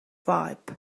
wipe